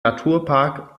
naturpark